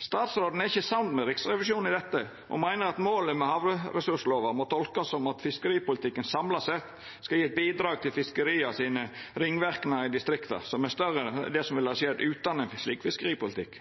Statsråden er ikkje samd med Riksrevisjonen i dette og meiner at målet med havressurslova må tolkast som at fiskeripolitikken samla sett skal gje eit bidrag til fiskeria sine ringverknader i distrikta, som er større enn det som ville skjedd utan ein slik fiskeripolitikk.